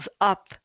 up